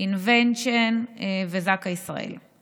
אינוויז'ן וזק"א ישראל.